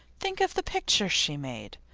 think of the picture she made!